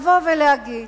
לבוא ולהגיד,